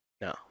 No